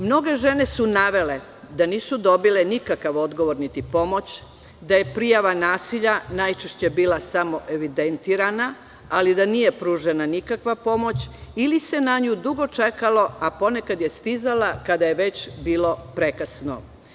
Mnoge žene su navele da nisu dobile nikakav odgovor niti pomoć, da je prijava nasilja najčešće bila samo evidentirana ali da nije pružena nikakva pomoć, ili se na nju dugo čekalo, a ponekad je stizala kada je već bilo prekasno.